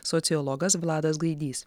sociologas vladas gaidys